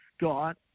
got